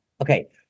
okay